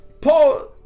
Paul